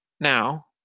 Now